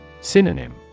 Synonym